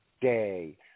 day